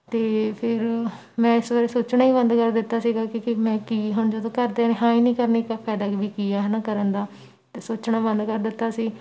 ਅਤੇ ਫਿਰ ਮੈਂ ਇਸ ਬਾਰੇ ਸੋਚਣਾ ਹੀ ਬੰਦ ਕਰ ਦਿੱਤਾ ਸੀਗਾ ਕਿਉਕਿ ਮੈਂ ਕੀ ਹੁਣ ਜਦੋਂ ਘਰ ਦਿਆਂ ਨੇ ਹਾਂ ਹੀ ਨਹੀਂ ਕਰਨੀ ਤਾਂ ਫਾਇਦਾ ਵੀ ਕੀ ਆ ਹੈ ਨਾ ਕਰਨ ਦਾ ਤਾਂ ਸੋਚਣਾ ਬੰਦ ਕਰ ਦਿੱਤਾ ਸੀ